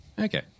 Okay